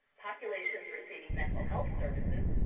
populations receiving mental health services,